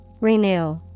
Renew